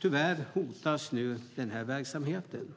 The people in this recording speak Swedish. Tyvärr hotas nu den verksamheten.